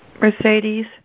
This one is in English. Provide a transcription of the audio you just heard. Mercedes